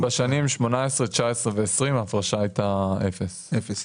בשנים 2018, 2019 ו-2020 ההפרשה הייתה אפס.